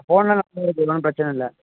phone எல்லாம் சரி சரி ஒன்றும் பிரச்சனை இல்லை